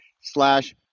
slash